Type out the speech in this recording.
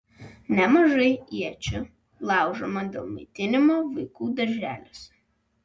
nemažai iečių laužoma dėl maitinimo vaikų darželiuose